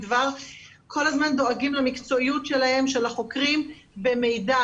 כל הזמן דואגים למקצועיות של החוקרים במידע,